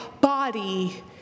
body